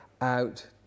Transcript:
out